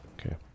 Okay